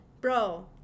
Bro